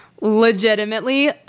legitimately